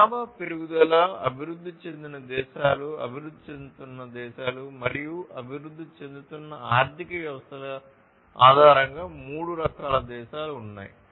జనాభా పెరుగుదల అభివృద్ధి చెందిన దేశాలు అభివృద్ధి చెందుతున్న దేశాలు మరియు అభివృద్ధి చెందుతున్న ఆర్థిక వ్యవస్థల ఆధారంగా మూడు రకాల దేశాలు ఉన్నాయి